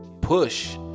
push